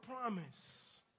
promise